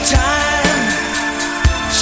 time